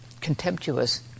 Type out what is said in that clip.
contemptuous